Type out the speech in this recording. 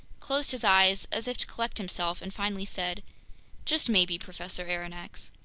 closed his eyes as if to collect himself, and finally said just maybe, professor aronnax.